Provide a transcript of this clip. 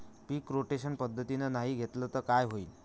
पीक rotation पद्धतीनं नाही घेतलं तर काय होईन?